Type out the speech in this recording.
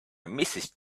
mrs